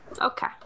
okay